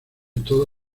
toda